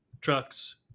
trucks